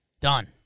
done